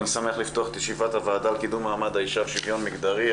אני שמח לפתוח את ישיבת הוועדה לקידום מעמד האישה ולשוויון מגדרי.